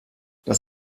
das